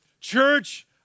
Church